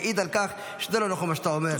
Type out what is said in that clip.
מעיד על כך שזה לא נכון מה שאתה אומר,